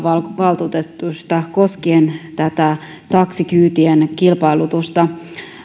valtuutetuista koskien taksikyytien kilpailutusta jo